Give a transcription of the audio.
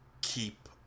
keep